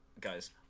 Guys